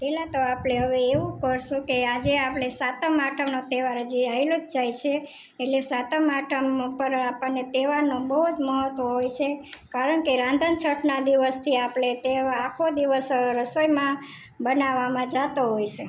પહેલા તો હવે આપણે એવું કરશું કે આજે આપણે સાતમ આઠમ નો તહેવાર જે ચાલ્યો જ જાય છે એટલે સાતમ આઠમ ઉપર આપણને તહેવારનો બહુ જ મહત્વ હોય સે કારણ કે રાંધણ છઠના દિવસથી આપણે તે આખો દિવસ રસોઈમાં બનાવવામાં જતો હોય સે